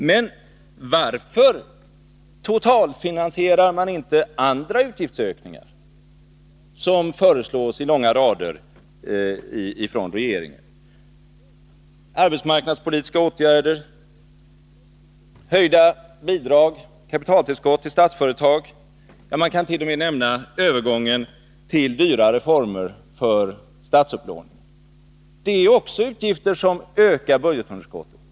Men varför totalfinansierar man inte andra utgiftsökningar, som föreslås i långa rader av regeringen — arbetsmarknadspolitiska åtgärder, höjda bidrag, kapitaltillskott till Statsföretag, ja, man kan t.o.m. nämna övergången till dyrare former för statsupplåningen? Det är ju också utgifter som ökar budgetunderskottet.